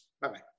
Bye-bye